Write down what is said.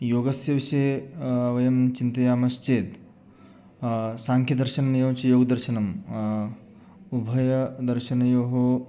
योगस्य विषये वयं चिन्तयामश्चेत् साङ्ख्यदर्शनम् एवञ्च योगदर्शनम् उभयदर्शनयोः